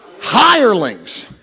hirelings